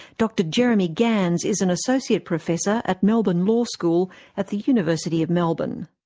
dr jeremy gans is an associate professor at melbourne law school at the university of melbourne.